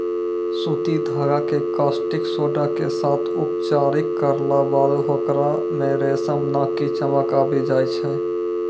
सूती धागा कॅ कास्टिक सोडा के साथॅ उपचारित करला बाद होकरा मॅ रेशम नाकी चमक आबी जाय छै